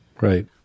Right